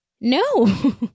no